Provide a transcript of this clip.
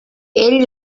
ell